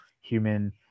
human